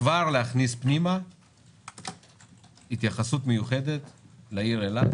כבר להכניס פנימה התייחסות מיוחדת לעיר אילת